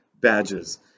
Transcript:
badges